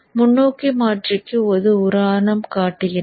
முன்னோக்கி மாற்றிக்கு ஒரு உதாரணம் காட்டுகிறேன்